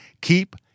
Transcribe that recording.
Keep